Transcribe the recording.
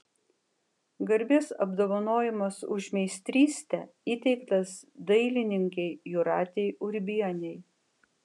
garbės apdovanojimas už meistrystę įteiktas dailininkei jūratei urbienei